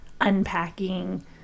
unpacking